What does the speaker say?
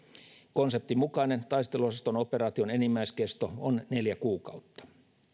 konseptin mukainen taisteluosaston operaation enimmäiskesto on neljä kuukautta